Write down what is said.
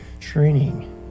training